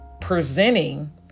presenting